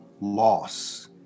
loss